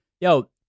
Yo